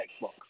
xbox